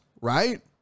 right